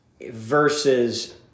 versus